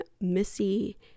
Missy